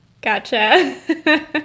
Gotcha